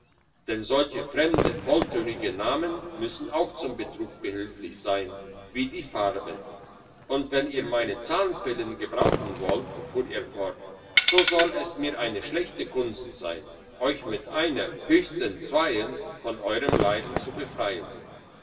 denn solche fremde volltönige namen müssen auch zum betrug behilflich sein wie die farben und wenn ihr meine zahnpillen gebrauchen wollt fuhr er fort so soll es mir eine schlechte kunst sein euch mit einer höchstens zweien von euern leiden zu befreien